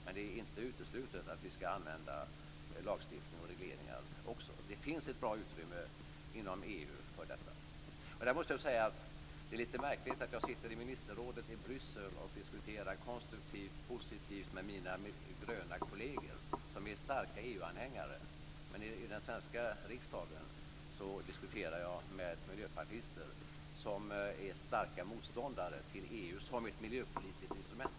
Men det är inte uteslutet att vi också skall använda lagstiftning och regleringar. Det finns ett bra utrymme inom EU för detta. Det är lite märkligt att jag sitter i ministerrådet i Bryssel och diskuterar konstruktivt och positivt med mina gröna kolleger, som är starka EU-anhängare, men i den svenska riksdagen diskuterar jag med miljöpartister som är starka motståndare till EU som ett miljöpolitiskt instrument.